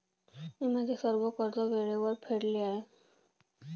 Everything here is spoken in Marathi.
मी माझे सर्व कर्ज वेळेवर फेडले आहे